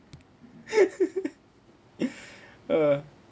ah